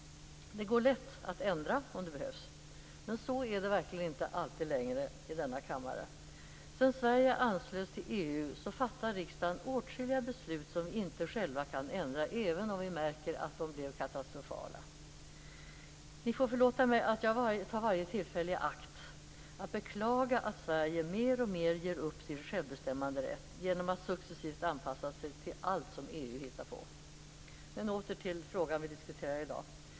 Det går lätt att ändra om det behövs. Men så är det verkligen inte alltid längre i denna kammare. Sedan Sverige anslöts till EU fattar riksdagen åtskilliga beslut som vi inte själva kan ändra, även om vi märker att de blev katastrofala. Ni får förlåta mig att jag tar varje tillfälle i akt att beklaga att Sverige mer och mer ger upp sin självbestämmanderätt genom att successivt anpassa sig till allt som EU hittar på. Jag skall återgå till den fråga som vi diskuterar i dag.